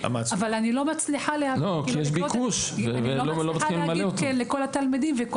אבל אני לא מצליחה לקלוט את כל התלמידים ולהגיד להם כן.